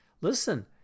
Listen